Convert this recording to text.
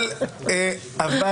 אבל זה עניין אחר.